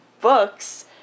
books